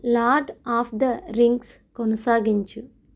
lord of the rings కొనసాగించు